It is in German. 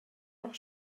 noch